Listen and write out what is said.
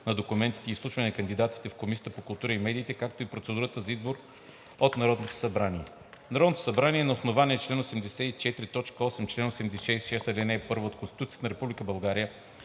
на документите и изслушване на кандидатите в Комисията по културата и медиите, както и процедурата за избор от Народното събрание Народното събрание на основание чл. 84, т. 8 и чл. 86, ал. 1 от Конституцията на